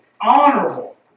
honorable